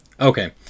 okay